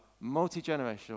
multi-generational